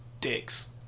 Dicks